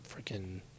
freaking